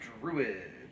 Druid